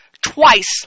twice